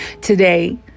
today